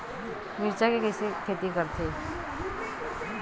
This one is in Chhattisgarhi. मिरचा के खेती कइसे करथे?